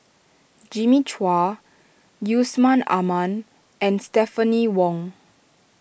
Jimmy Chua Yusman Aman and Stephanie Wong